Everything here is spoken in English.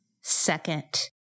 second